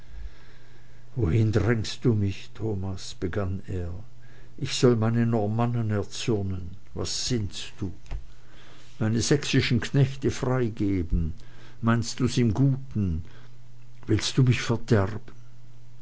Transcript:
wohin drängst du mich thomas begann er ich soll meine normannen erzürnen was sinnst du meine sächsischen knechte freigeben meinst du's im guten willst du mich verderben